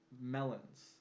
melons